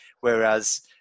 Whereas